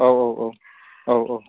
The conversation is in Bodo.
औ औ औ औ औ